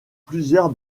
plusieurs